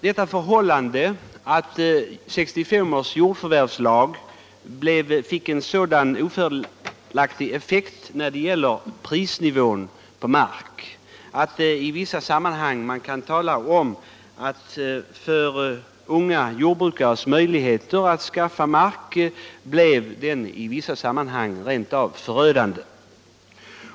1965 års jordförvärvslag fick en så ofördelaktig effekt på prisnivån för mark att konsekvenserna för unga jordbrukares möjligheter att skaffa mark blev rent av förödande.